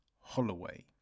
Holloway